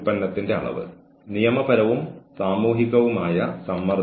എനിക്ക് നിങ്ങളെ എന്ത് സഹായിക്കാനാകും